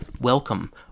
Welcome